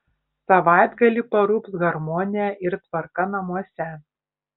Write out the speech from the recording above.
savaitgalį parūps harmonija ir tvarka namuose